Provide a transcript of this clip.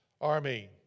army